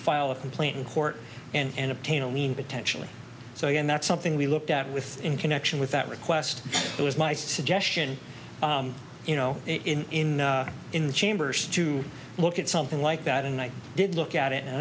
file a complaint in court and obtain a lien potentially so again that's something we looked at with in connection with that request it was my suggestion you know in in chambers to look at something like that and i did look at it and i